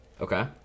Okay